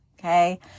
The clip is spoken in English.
Okay